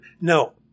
No